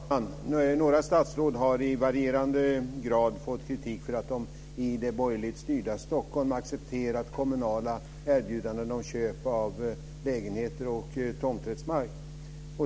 Fru talman! Några statsråd har i varierande grad fått kritik för att de i det borgerligt styrda Stockholm accepterat kommunala erbjudanden om köp av lägenheter och tomträttsmark.